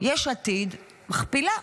יש עתיד מכפילה,